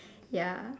ya